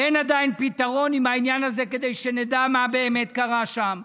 ואין עדיין פתרון לעניין הזה כדי שנדע מה באמת קרה שם.